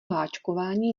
háčkování